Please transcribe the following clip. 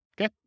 okay